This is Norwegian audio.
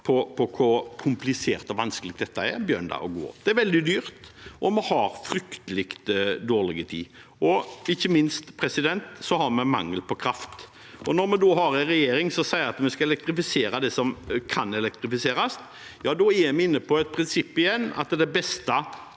om hvor komplisert og vanskelig dette er, begynner å gå opp for dem. Det er veldig dyrt, og vi har fryktelig dårlig tid. Og ikke minst har vi mangel på kraft. Når vi da har en regjering som sier at vi skal elektrifisere det som kan elektrifiseres, er vi inne på et prinsipp igjen, at det beste